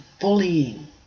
bullying